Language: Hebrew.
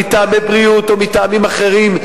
מטעמי בריאות או מטעמים אחרים,